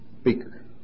speaker